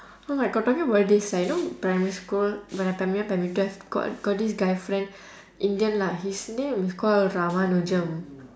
oh my god talking about this right you know primary school when I primary one primary two I've got got this guy friend indian lah his name is called ramanjem